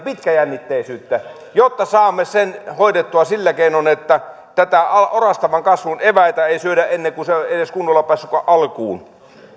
pitkäjännitteisyyttä jotta saamme sen hoidettua sillä keinoin että orastavan kasvun eväitä ei syödä ennen kuin se on edes kunnolla päässyt alkuun